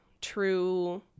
true